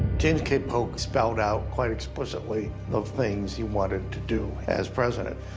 james k. polk spelled out quite explicitly the things he wanted to do as president.